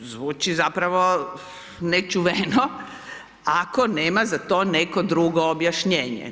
Ovo zvuči zapravo nečuveno ako nema za to neko drugo objašnjenje.